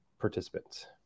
participants